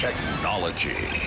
Technology